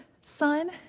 sun